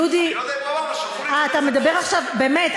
די, באמת.